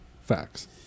facts